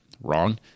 Wrong